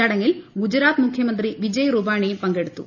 ചടങ്ങിൽ ഗുജറാത്ത് മുഖ്യമന്ത്രി വിജയ് രൂപാണിയും പങ്കെടുത്തു